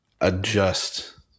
adjust